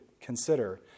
consider